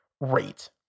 rate